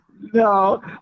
No